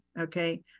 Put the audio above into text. okay